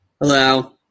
Hello